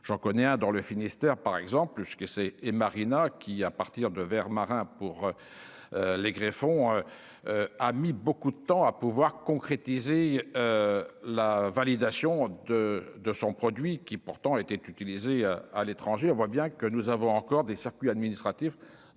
j'en connais un dans le Finistère par exemple ce que c'est et Marina qui, à partir de vers marins pour les greffons a mis beaucoup de temps à pouvoir concrétiser la validation de de son produit, qui pourtant était utilisé à l'étranger, on voit bien que nous avons encore des circuits administratifs